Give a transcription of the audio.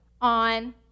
on